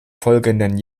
folgenden